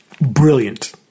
brilliant